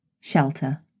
shelter